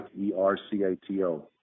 E-R-C-A-T-O